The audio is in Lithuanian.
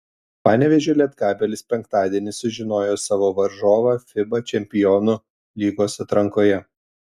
panevėžio lietkabelis penktadienį sužinojo savo varžovą fiba čempionų lygos atrankoje